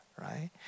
Right